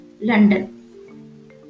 London